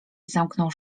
zamknął